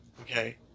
Okay